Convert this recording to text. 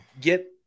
get